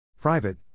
Private